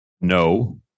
No